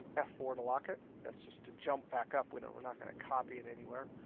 f four to lock it. that's just to jump back up. we're and we're not going to copy it anywhere.